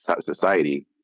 society